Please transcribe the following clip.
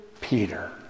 Peter